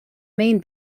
main